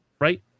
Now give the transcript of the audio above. right